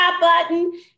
button